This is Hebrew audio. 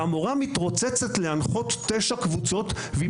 המורה מתרוצצת להנחות תשע קבוצות והיא